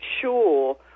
sure